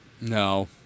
No